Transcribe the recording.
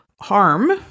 harm